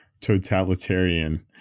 totalitarian